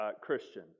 Christian